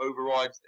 overrides